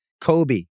Kobe